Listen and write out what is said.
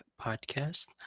podcast